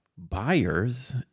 buyers